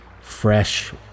fresh